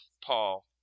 Paul